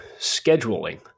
scheduling